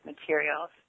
materials